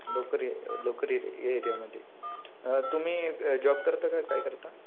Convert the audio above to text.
लोकर लोकर ए एरियामध्ये तुम्ही जॉब करता का काय करता